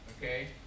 okay